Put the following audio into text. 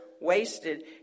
wasted